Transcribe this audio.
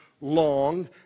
long